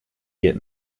get